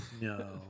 no